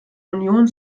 union